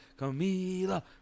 Camila